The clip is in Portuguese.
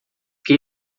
que